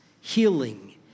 healing